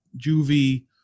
Juvie